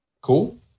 Cool